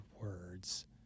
words